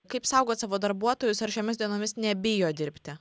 kaip saugot savo darbuotojus ar šiomis dienomis nebijo dirbti